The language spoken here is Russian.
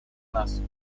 нас